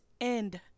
end